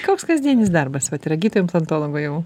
koks kasdienis darbas vat yra gydytojo implantologo jau